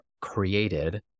created